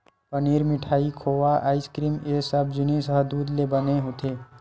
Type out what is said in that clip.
पनीर, मिठाई, खोवा, आइसकिरिम ए सब जिनिस ह दूद ले बने होथे